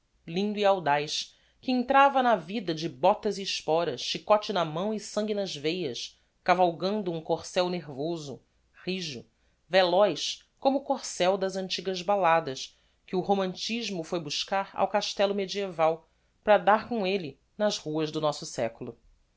lindo e audaz que entrava na vida de botas e esporas chicote na mão e sangue nas veias cavalgando um corsel nervoso rijo veloz como o corsel das antigas balladas que o romantismo foi buscar ao castello medieval para dar com elle nas ruas do nosso seculo